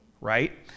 right